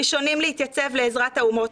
ראשונים להתייצב לעזרת האומות,